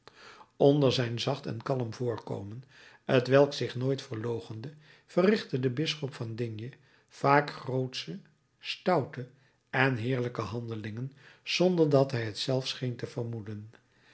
onder zijn zacht en kalm voorkomen t welk zich nooit verloochende verrichtte de bisschop van digne vaak grootsche stoute en heerlijke handelingen zonder dat hij t zelf scheen te vermoeden